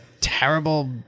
terrible